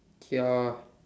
ya